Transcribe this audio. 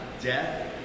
death